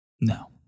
No